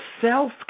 self